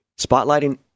spotlighting